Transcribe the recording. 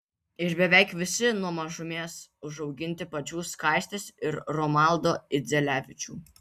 ir beveik visi nuo mažumės užauginti pačių skaistės ir romaldo idzelevičių